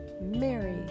Mary